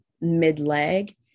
mid-leg